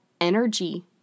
Energy